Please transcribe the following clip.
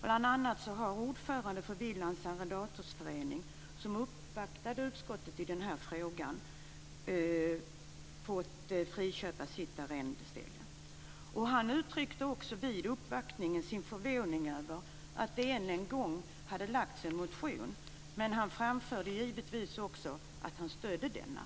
Bl.a. har ordföranden för Willands arrendatorsförening, som uppvaktade utskottet i den här frågan, fått friköpa sitt arrendeställe. Vid uppvaktningen uttryckte han också sin förvåning över att det än en gång hade lagts fram en motion, men han framförde givetvis också att han stödde denna.